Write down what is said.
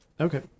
Okay